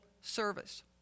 service